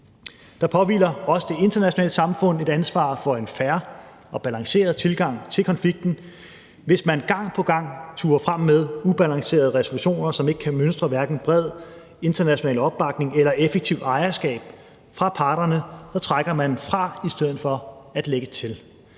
Der påhviler også det internationale samfund et ansvar for en fair og balanceret tilgang til konflikten. Hvis man gang på gang turer frem med ubalancerede resolutioner, som ikke kan mønstre hverken bred international opbakning eller effektivt ejerskab fra parternes side, så trækker man fra i stedet for at lægge til.